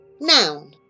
Noun